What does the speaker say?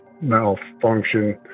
malfunction